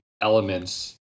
elements